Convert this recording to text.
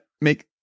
make